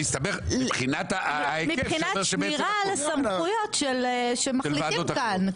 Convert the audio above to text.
להסתבך מבחינת ההיקף --- מבחינת שמירה על הסמכויות שמחליטים כאן.